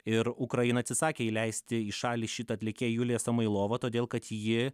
ir ukraina atsisakė įleisti į šalį šitą atlikėją juliją samailovą todėl kad ji